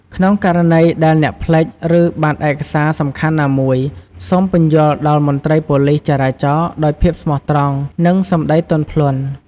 ក្នុងករណីដែលអ្នកភ្លេច ឬបាត់ឯកសារសំខាន់ណាមួយ សូម ពន្យល់ដល់មន្ត្រីប៉ូលិសចរាចរណ៍ដោយភាពស្មោះត្រង់ និងសំដីទន់ភ្លន់។